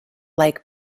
like